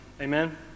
Amen